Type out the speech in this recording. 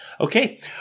Okay